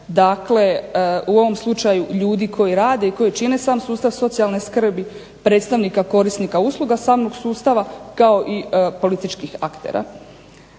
dakle u ovom slučaju ljudi koji rade i koji čine sam sustav socijalne skrbi predstavnika korisnika usluga samog sustava, kao i političkih aktera.